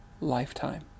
lifetime